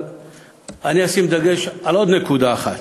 אבל אני אשים דגש על עוד נקודה אחת,